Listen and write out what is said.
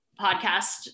podcast